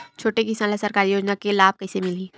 छोटे किसान ला सरकारी योजना के लाभ कइसे मिलही?